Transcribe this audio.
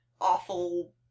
awful